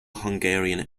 hungarian